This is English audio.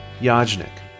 Yajnik